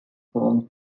formed